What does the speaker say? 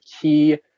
key